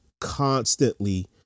constantly